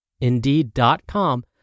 Indeed.com